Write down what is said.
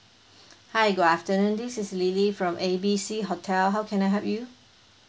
hi good afternoon this is lily from A B C hotel how can I help you